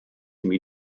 imi